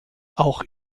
auch